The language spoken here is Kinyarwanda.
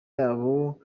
yabo